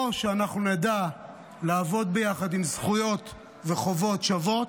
או שאנחנו נדע לעבוד ביחד עם זכויות וחובות שוות,